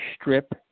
strip